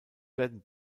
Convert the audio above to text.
werden